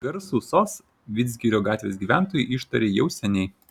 garsų sos vidzgirio gatvės gyventojai ištarė jau seniai